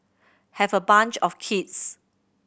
have a bunch of kids